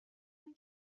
اون